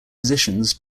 positions